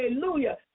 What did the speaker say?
Hallelujah